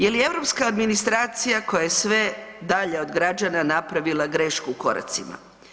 Je li europska administracija koja je sve dalje od građana napravila grešku u koracima?